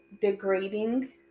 degrading